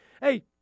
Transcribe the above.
Hey